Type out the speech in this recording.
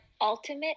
ultimate